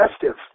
festive